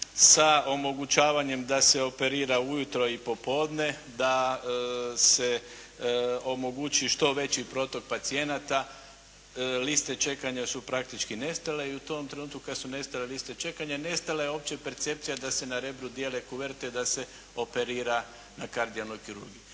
sa omogućavanjem da se operira ujutro i popodne, da se omogući što veći protok pacijenata, liste čekanja su praktički nestale i u tom trenutku kada su nestale liste čekanja, nestala je opća percepcija da se na Rebru dijele kuverte da se operira na kardijalnoj kirurgiji.